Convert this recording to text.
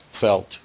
felt